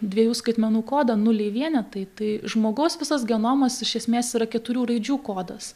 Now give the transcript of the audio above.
dviejų skaitmenų kodą nuliai vienetai tai žmogaus visas genomas iš esmės yra keturių raidžių kodas